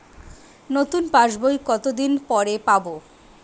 নতুন পাশ বই কত দিন পরে পাবো?